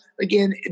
again